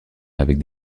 avec